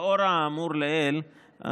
לאור האמור לעיל,